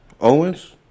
Owens